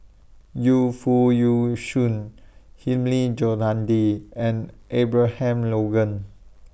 Yu Foo Yee Shoon Hilmi Johandi and Abraham Logan